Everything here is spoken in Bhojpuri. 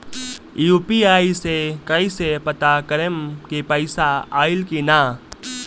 यू.पी.आई से कईसे पता करेम की पैसा आइल की ना?